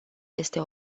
este